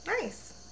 Nice